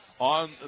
on